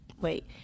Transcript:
Wait